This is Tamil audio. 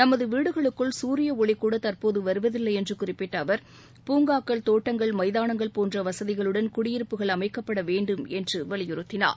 நமது வீடுகளுக்குள் சூரிய ஒளிகூட தற்போது வருவதில்லை என்று குறிப்பிட்ட அவர் பூங்காக்கள் தோட்டங்கள் மைதானங்கள் போன்ற வசதிகளுடன் குடியிருப்புகள் அமைக்கப்பட வேண்டும் என்று வலியுறுத்தினார்